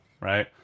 right